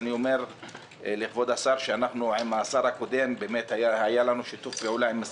אני אומר לכבוד השר שבאמת היה לנו שיתוף פעולה עם השר הקודם,